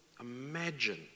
imagine